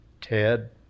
Ted